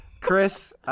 Chris